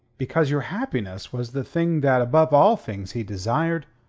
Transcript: because your happiness was the thing that above all things he desired,